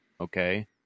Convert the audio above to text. okay